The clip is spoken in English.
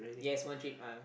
yes one trip uh